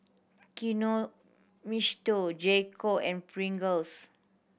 Kinohimitsu J Co and Pringles